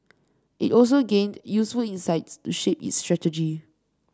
it also gained useful insights to shape its strategy